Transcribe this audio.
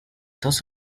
dos